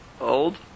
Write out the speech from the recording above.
old